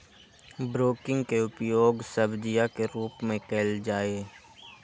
broccoli के उपयोग सब्जीया के रूप में कइल जाहई